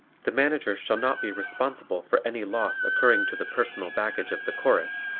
the manager shall not be responsible for any loss occurring to the personal baggage of the chorus,